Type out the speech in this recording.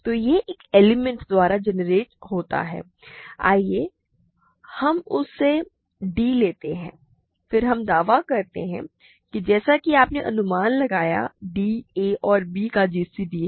तो यह एक एलिमेंट द्वारा जेनेरेट होता है आइए हम उसे d लेते हैं फिर हम दावा करते हैं कि जैसा कि आप अनुमान लगाते हैं कि d a और b का gcd है